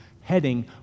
heading